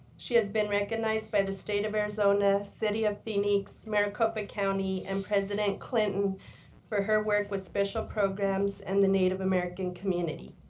she has been recognized by the state of arizona, city of phoenix, maricopa county, and president clinton for her work with special programs and the native-american community.